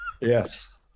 Yes